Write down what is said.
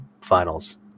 finals